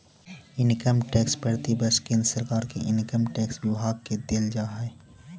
income tax प्रतिवर्ष केंद्र सरकार के इनकम टैक्स विभाग के देल जा हई